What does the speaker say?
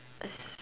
a